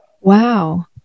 Wow